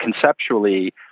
conceptually